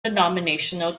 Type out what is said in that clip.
denominational